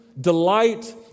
delight